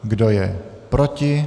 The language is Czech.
Kdo je proti?